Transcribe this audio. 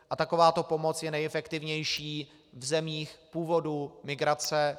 A takováto pomoc je nejefektivnější v zemích původu migrace.